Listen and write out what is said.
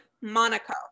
Monaco